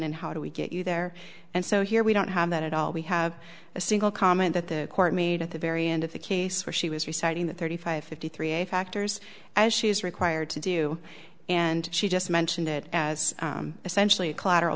and how do we get you there and so here we don't have that at all we have a single comment that the court made at the very end of the case where she was reciting the thirty five fifty three a factors as she is required to do and she just mentioned it as essentially a collateral